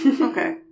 Okay